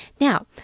Now